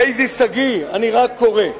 ליזי שגיא, אני רק קורא.